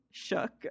shook